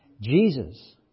Jesus